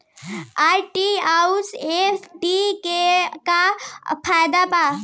RD आउर FD के का फायदा बा?